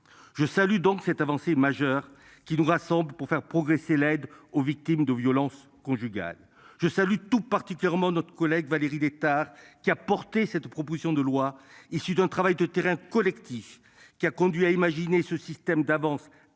Je salue donc cette avancée majeure qui nous rassemblent pour faire progresser l'aide aux victimes de violences conjugales. Je salue tout particulièrement notre collègue Valérie Létard qui a porté cette proposition de loi issu d'un travail de terrain collectif qui a conduit à imaginer ce système d'avance,